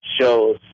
shows